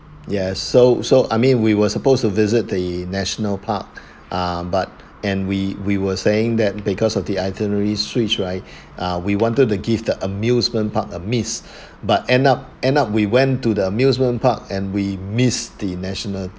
yes so so I mean we were supposed to visit the national park ah but and we we were saying that because of the itinerary switch right uh we wanted to give the amusement park a miss but end up end up we went to the amusement park and we miss the national